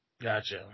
Gotcha